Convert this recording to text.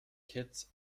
kitts